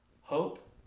Hope